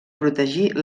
protegir